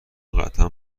قطعا